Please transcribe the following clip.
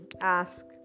ask